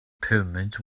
pyramids